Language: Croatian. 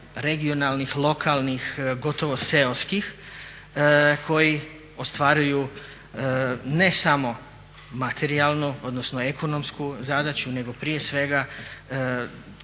regionalnih, lokalnih, gotovo seoskih koji ostvaruju ne samo materijalno odnosno ekonomsku zadaću nego prije svega